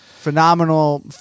Phenomenal